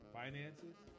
finances